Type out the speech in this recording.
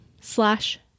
slash